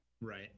right